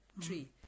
tree